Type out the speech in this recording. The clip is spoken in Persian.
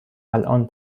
الان